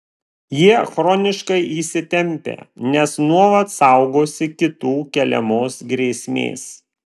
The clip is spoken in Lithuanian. jie chroniškai įsitempę nes nuolat saugosi kitų keliamos grėsmės